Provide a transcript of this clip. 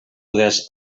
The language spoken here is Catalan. poders